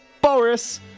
Boris